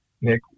Nick